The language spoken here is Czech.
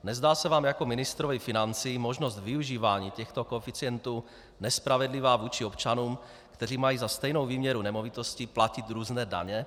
Nezdá se vám jako ministrovi financí možnost využívání těchto koeficientů nespravedlivá vůči občanům, kteří mají za stejnou výměru nemovitosti platit různé daně?